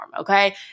okay